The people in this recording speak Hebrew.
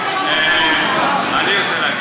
אנחנו לא מסכימים.